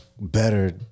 better